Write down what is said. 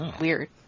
Weird